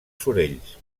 sorells